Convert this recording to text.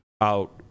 out